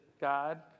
God